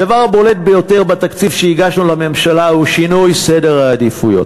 הדבר הבולט ביותר בתקציב שהגשנו לממשלה הוא שינוי סדר העדיפויות.